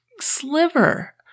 sliver